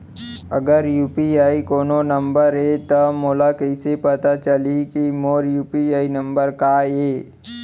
अगर यू.पी.आई कोनो नंबर ये त मोला कइसे पता चलही कि मोर यू.पी.आई नंबर का ये?